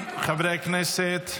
חברי הכנסת,